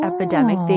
epidemic